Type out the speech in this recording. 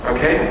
Okay